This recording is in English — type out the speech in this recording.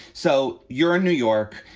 so you're in new york.